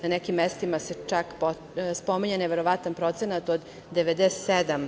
Na nekim mestima se čak spominje neverovatan procenat od 97%